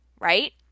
right